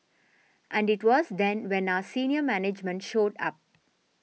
and it was then when our senior management showed up